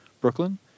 brooklyn